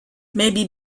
maybe